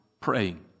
praying